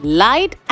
light